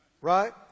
Right